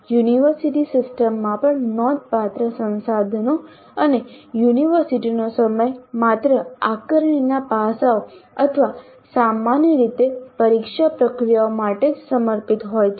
university સિસ્ટમમાં પણ નોંધપાત્ર સંસાધનો અને યુનિવર્સિટીનો સમય માત્ર આકારણીના પાસાઓ અથવા સામાન્ય રીતે પરીક્ષા પ્રક્રિયાઓ માટે જ સમર્પિત હોય છે